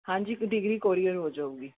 ਹਾਂਜੀ degree courier ਹੋ ਜਾਊਗੀ